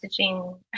messaging